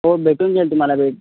हो भेटून जाईल तुमाला बेड